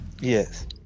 Yes